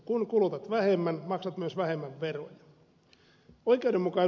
kun kulutat vähemmän maksat myös vähemmän veroja